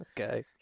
Okay